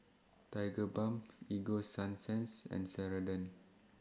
Tigerbalm Ego Sunsense and Ceradan